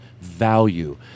value